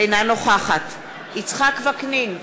אינה נוכחת יצחק וקנין,